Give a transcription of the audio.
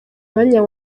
mwanya